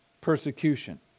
Persecution